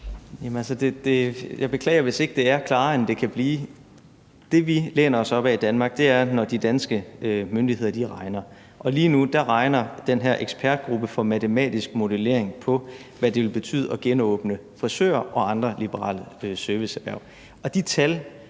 jeg beklager, men det er ikke klarere, end det kan blive. Det, vi læner os op ad i Danmark, er, hvad de danske myndigheder udregner. Og lige nu regner den her ekspertgruppe for matematisk modellering på, hvad det vil betyde at genåbne frisører og andre liberale serviceerhverv.